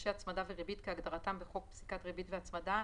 הפרשי הצמדה וריבית כהגדרתם בחוק פסיקת ריבית והצמדה,